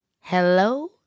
Hello